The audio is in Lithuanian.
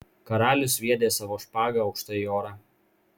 karalius sviedė savo špagą aukštai į orą